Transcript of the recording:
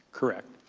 correct.